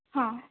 आं